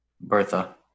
Bertha